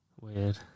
weird